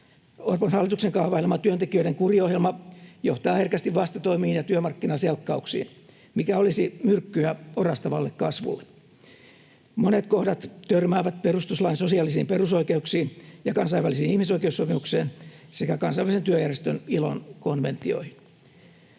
Orpon hallituksen kaavailema työntekijöiden kuriohjelma johtaa herkästi vastatoimiin ja työmarkkinaselkkauksiin, mikä olisi myrkkyä orastavalle kasvulle. Monet kohdat törmäävät perustuslain sosiaalisiin perusoikeuksiin ja kansainvälisiin ihmisoikeussopimuksiin sekä Kansainvälisen työjärjestön, ILOn, konventioihin.